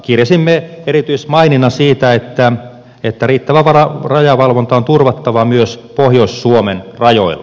kirjasimme erityismaininnan siitä että riittävä rajavalvonta on turvattava myös pohjois suomen rajoilla